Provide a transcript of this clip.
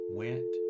went